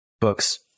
books